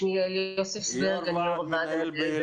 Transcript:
שמי יעל יוספסברג אני יו"ר הועד המנהל באלו"ט.